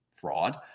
fraud